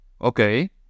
Okay